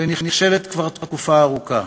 ונכשלת כבר תקופה ארוכה,